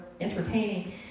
entertaining